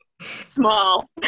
small